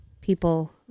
people